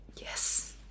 yes